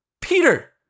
Peter